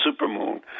supermoon